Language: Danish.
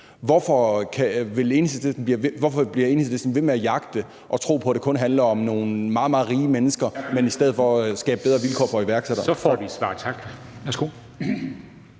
Hvorfor bliver Enhedslisten ved med at jagte det og tro på, at det kun handler om nogle meget, meget rige mennesker? De kunne i stedet for skabe bedre vilkår for iværksættere. Kl. 14:08